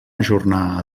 ajornar